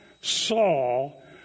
Saul